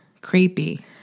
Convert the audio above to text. Creepy